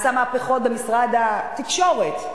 עשה מהפכות במשרד התקשורת.